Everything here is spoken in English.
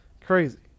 crazy